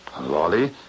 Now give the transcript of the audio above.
Lolly